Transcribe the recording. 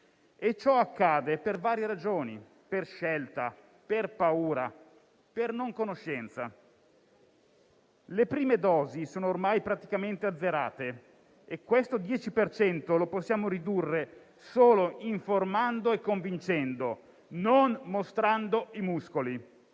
e ciò accade per varie ragioni: per scelta, per paura, per non conoscenza. Le prime dosi sono ormai praticamente azzerate e questo 10 per cento lo possiamo ridurre solo informando e convincendo, non mostrando i muscoli.